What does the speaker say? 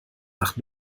nach